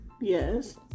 Yes